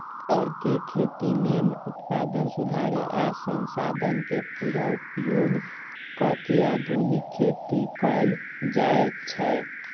चौर के खेती में उत्पादन सुधारे आ संसाधन के पुरा उपयोग क के आधुनिक खेती कएल जाए छै